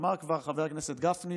אמר כבר חבר הכנסת גפני,